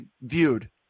viewed